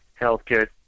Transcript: healthcare